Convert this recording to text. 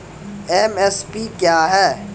MSP क्या है?